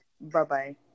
Bye-bye